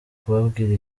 kubabwira